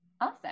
awesome